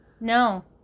no